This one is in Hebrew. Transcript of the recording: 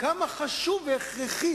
כמה חשוב והכרחי,